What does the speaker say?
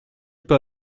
peux